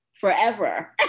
forever